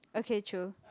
okay true